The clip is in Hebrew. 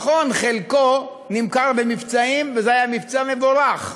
נכון, חלקו נמכר במבצעים, וזה היה מבצע מבורך,